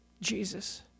Jesus